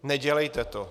Nedělejte to.